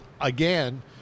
again